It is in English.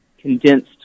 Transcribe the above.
Condensed